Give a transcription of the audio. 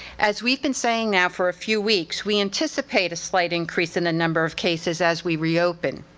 as we have been saying yeah for a few weeks, we anticipate a slight increase in the number of cases as we reopen.